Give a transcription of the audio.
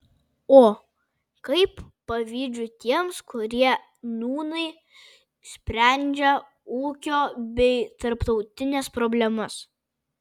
o kaip pavydžiu tiems kurie nūnai sprendžia ūkio bei tarptautines problemas